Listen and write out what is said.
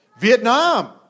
Vietnam